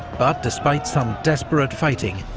but despite some desperate fighting,